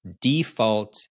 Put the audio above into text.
default